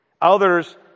others